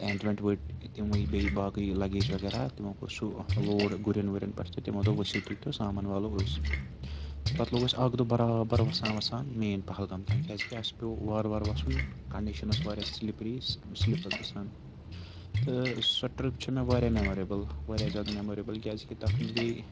tent وٮ۪نٛٹ ؤٹۍ تِموٕے بیٚیہِ باقٕے لَگیج وغیرہ تِمو کوٚر سُہ لوڈ گُرٮ۪ن وُرٮ۪ن پٮ۪ٹھ تہِ تِمو دوٚپ ؤسِو تُہۍ تہٕ سامان والو أسۍ تہٕ پَتہٕ لوٚگ اَسہِ اَکھ دۄہ برابر وَسان وَسان مین پہلگام تانۍ کیٛازِکہِ اَسہِ پیٚو وارٕ وارٕ وَسُن کَنڈِشَن ٲس واریاہ سِلِپری سِلِپ ٲس گژھان تہٕ سۄ ٹِرٛپ چھےٚ مےٚ واریاہ مٮ۪موریبٕل واریاہ زیادٕ مٮ۪موریبٕل کیٛازِکہِ تَتھ منٛز گٔے